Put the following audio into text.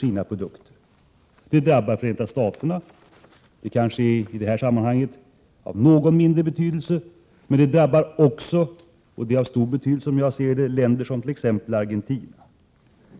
Detta drabbar exempelvis Förenta Staterna, vilket för det landets del kanske har mindre betydelse, men det drabbar också — och det är, som jag ser det, av stor betydelse — ett land som Argentina.